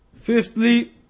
Fifthly